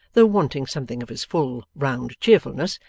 though wanting something of his full, round, cheerfulness,